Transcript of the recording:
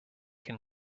can